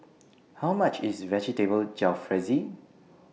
How much IS Vegetable Jalfrezi